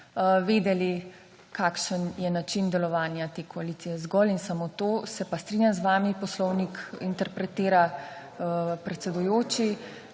vedeli, kakšen je način delovanja te koalicije. Zgolj in samo to. Se pa strinjam z vami, poslovnik interpretira predsedujoči.